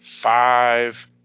five